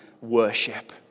worship